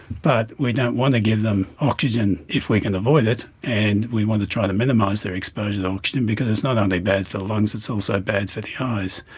but we don't want to give them oxygen if we can avoid it and we want to try to minimise their exposure to oxygen because it's not only bad for the lungs, it's also bad for the eyes.